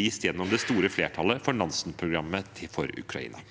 vist gjennom det store flertallet for Nansen-programmet for Ukraina.